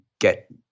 get